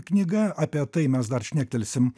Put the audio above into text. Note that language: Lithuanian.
knyga apie tai mes dar šnektelsim